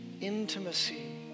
intimacy